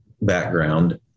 background